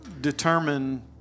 determine